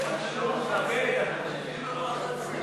ההצעה להעביר את הצעת חוק הכנסת